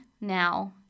now